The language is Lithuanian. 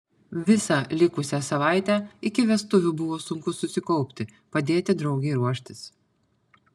visą likusią savaitę iki vestuvių buvo sunku susikaupti padėti draugei ruoštis